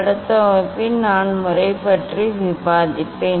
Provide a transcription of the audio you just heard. அடுத்த வகுப்பில் நான் முறை பற்றி விவாதிப்பேன்